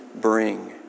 bring